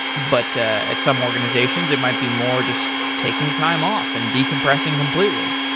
but at some organizations it might be more just taking time off and decompressing completely.